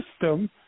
system